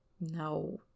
no